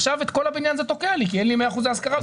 עכשיו את כל הבניין זה תוקע לי כי אין לי מאה אחוזי השכרה.